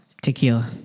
Tequila